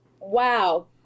Wow